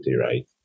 right